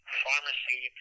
pharmacy